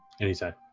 Anytime